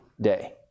Day